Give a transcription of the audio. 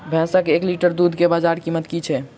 भैंसक एक लीटर दुध केँ बजार कीमत की छै?